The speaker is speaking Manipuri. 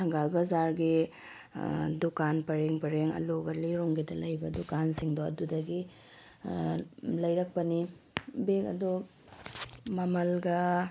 ꯊꯪꯒꯥꯜ ꯕꯖꯥꯔꯒꯤ ꯗꯨꯀꯥꯟ ꯄꯔꯦꯡ ꯄꯔꯦꯡ ꯑꯂꯨ ꯒꯂꯤꯔꯣꯝꯒꯤꯗ ꯂꯩꯕ ꯗꯨꯀꯥꯟꯁꯤꯡꯗꯣ ꯑꯗꯨꯗꯒꯤ ꯂꯩꯔꯛꯄꯅꯤ ꯕꯦꯛ ꯑꯗꯣ ꯃꯃꯜꯒ